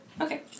Okay